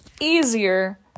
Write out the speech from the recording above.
easier